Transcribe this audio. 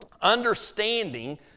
understanding